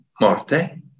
morte